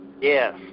Yes